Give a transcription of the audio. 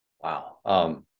Wow